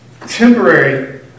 Temporary